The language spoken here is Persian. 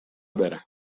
برم